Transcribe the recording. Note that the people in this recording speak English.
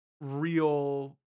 real